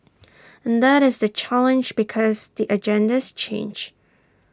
and that is the challenge because the agendas change